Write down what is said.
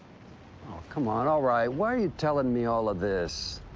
um come on. all right, why are you telling me all of this?